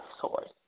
source